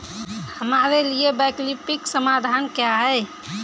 हमारे लिए वैकल्पिक समाधान क्या है?